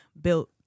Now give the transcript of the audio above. built